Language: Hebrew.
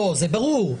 זה ברור.